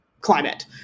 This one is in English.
climate